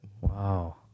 Wow